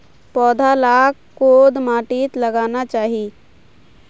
पौधा लाक कोद माटित लगाना चही?